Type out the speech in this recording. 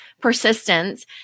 persistence